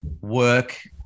work